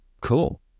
cool